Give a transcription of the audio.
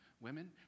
women